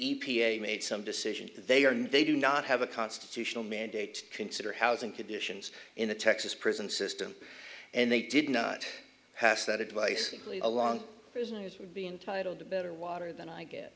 a made some decisions they are they do not have a constitutional mandate consider housing conditions in the texas prison system and they did not pass that advice legally along prisoners would be entitled to better water than i get